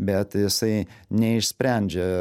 bet jisai neišsprendžia